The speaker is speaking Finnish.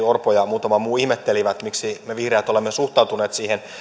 orpo ja muutama muu ihmettelivät miksi me vihreät olemme suhtautuneet siihen